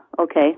okay